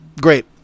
Great